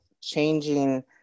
changing